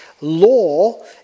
Law